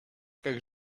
как